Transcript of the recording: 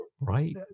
Right